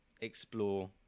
explore